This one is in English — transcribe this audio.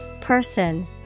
Person